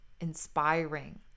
inspiring